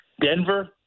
Denver